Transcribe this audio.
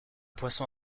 poisson